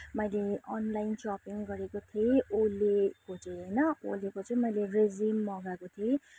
यो मैले online shopping गरेको थिएँ ओलेको चाहिँ होइन ओलेको चाहिँ मैले रेजिम मँगाएको थिएँ